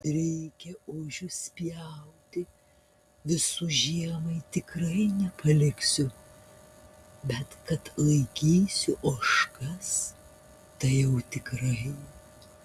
reikia ožius pjauti visų žiemai tikrai nepaliksiu bet kad laikysiu ožkas tai jau tikrai